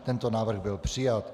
Tento návrh byl přijat.